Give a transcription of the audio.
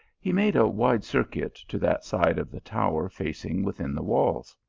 he made a wide circuit to that side of the tower facing within the walls.